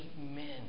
amen